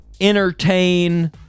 entertain